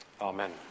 Amen